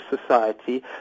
society